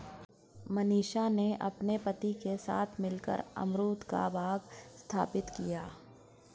मनीषा ने अपने पति के साथ मिलकर अमरूद का बाग स्थापित किया